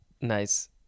nice